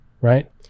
Right